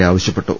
A ആവശ്യപ്പെട്ടു